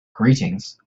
greetings